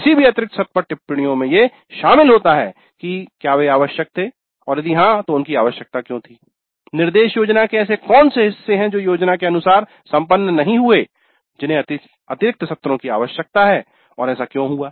किसी भी अतिरिक्त सत्र पर टिप्पणियों में ये शामिल होता हैं कि क्या वे आवश्यक थे और यदि हां तो उनकी आवश्यकता क्यों थी निर्देश योजना के ऐसे कौन से हिस्से है जो योजना के अनुसार संपन्न नहीं हुए जिन्हें अतिरिक्त सत्रों की आवश्यकता है और ऐसा क्यों हुआ